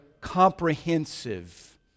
comprehensive